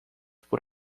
por